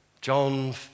John